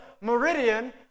Meridian